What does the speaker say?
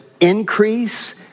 increase